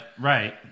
right